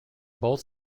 both